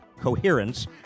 coherence